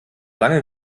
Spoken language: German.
lange